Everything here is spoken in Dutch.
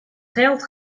geld